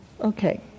Okay